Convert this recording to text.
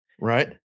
Right